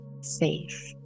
safe